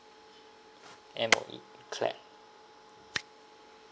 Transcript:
M_O_E clap